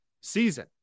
season